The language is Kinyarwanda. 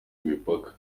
imipaka